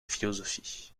philosophie